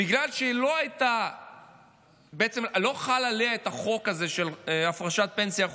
בגלל שלא חל עליה החוק הזה של הפרשת פנסיה חובה,